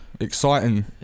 exciting